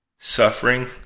Suffering